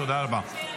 תודה רבה.